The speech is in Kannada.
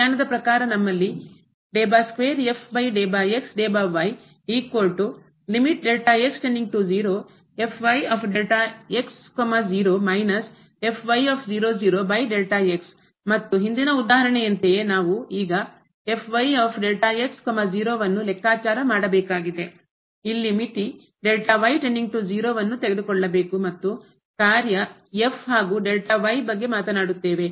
ವ್ಯಾಖ್ಯಾನದ ಪ್ರಕಾರ ನಮ್ಮಲ್ಲಿ ಮತ್ತು ಹಿಂದಿನ ಉದಾಹರಣೆಯಂತೆಯೇ ನಾವು ಈಗ ಅನ್ನು ಲೆಕ್ಕಾಚಾರ ಮಾಡಬೇಕಾಗಿದೆ ಇಲ್ಲಿ ಮಿತಿ ತೆಗೆದುಕೊಳ್ಳಬೇಕು ಮತ್ತು ಕಾರ್ಯ ಹಾಗೂ ಬಗ್ಗೆ ಮಾತನಾಡು